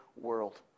world